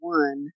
one